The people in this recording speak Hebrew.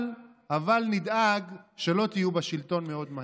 אבל נדאג שלא תהיו בשלטון מאוד מהר.